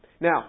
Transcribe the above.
Now